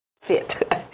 fit